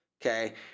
Okay